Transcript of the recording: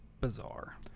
bizarre